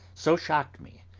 so shocked me,